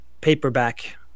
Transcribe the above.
paperback